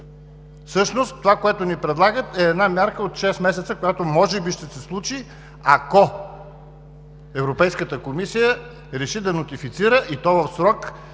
Всъщност това, което ни предлагате, е една мярка от 6 месеца, която може би ще се случи, ако Европейската комисия реши да нотифицира, и то в срок,